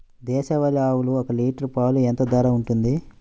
దేశవాలి ఆవులు ఒక్క లీటర్ పాలు ఎంత ధర ఉంటుంది?